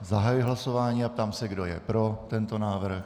Zahajuji hlasování a ptám se, kdo je pro tento návrh.